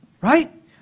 right